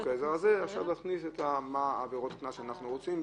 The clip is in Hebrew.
העזר הזה את עבירות הקנס שאנחנו רוצים,